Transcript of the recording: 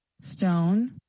stone